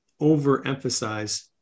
overemphasize